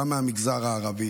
גם מהמגזר הערבי.